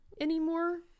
anymore